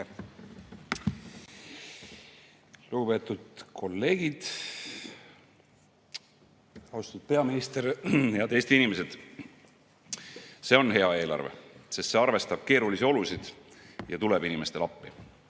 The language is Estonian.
Lugupeetud kolleegid! Austatud peaminister! Head Eesti inimesed! See on hea eelarve, sest see arvestab keerulisi olusid ja tuleb inimestele appi.